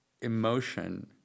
emotion